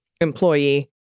employee